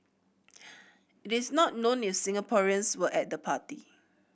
it is not known if Singaporeans were at the party